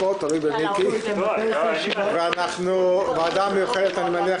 אנחנו מצביעים בשתי הצבעות נפרדות.